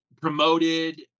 promoted